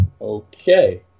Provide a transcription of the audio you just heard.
okay